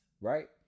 Right